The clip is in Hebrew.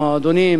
עם מועדונים,